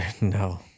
No